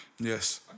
yes